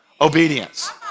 obedience